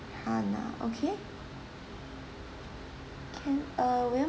hannah okay can uh would you